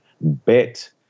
bet